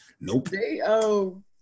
Nope